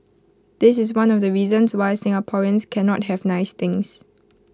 this is one of the reasons why Singaporeans cannot have nice things